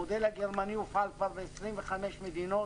המודל הגרמני הופעל כבר ב-25 מדינות,